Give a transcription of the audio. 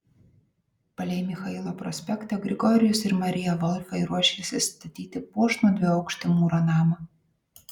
palei michailo prospektą grigorijus ir marija volfai ruošėsi statyti puošnų dviaukštį mūro namą